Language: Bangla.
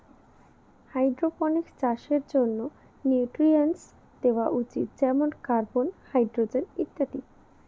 হাইড্রপনিক্স চাষের জন্য নিউট্রিয়েন্টস দেওয়া উচিত যেমন কার্বন, হাইড্রজেন ইত্যাদি